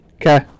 Okay